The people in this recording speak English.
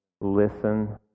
Listen